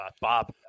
Bob